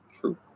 True